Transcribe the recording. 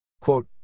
Quote